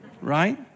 Right